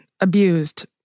abused